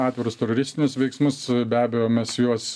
atvirus teroristinius veiksmus be abejo mes juos